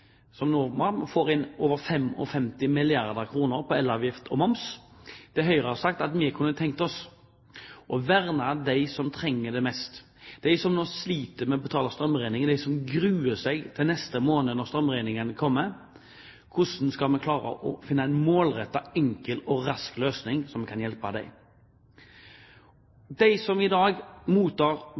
utfordring. Staten får inn over 55 milliarder på elavgift og moms. Det Høyre har sagt, er at vi kunne tenke oss å verne dem som trenger det mest, dem som nå sliter med å betale strømregningen, dem som gruer seg til neste måned når strømregningen kommer. Hvordan skal vi klare å finne en målrettet, enkel og rask løsning slik at vi kan hjelpe dem? De som i dag mottar